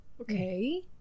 okay